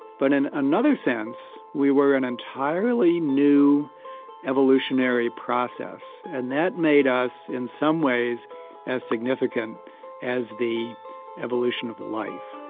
but in another sense we were an entirely new evolutionary process, and that made us in some ways as significant as the evolution of life